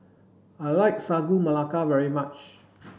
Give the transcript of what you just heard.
I like Sagu Melaka very much